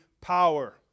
power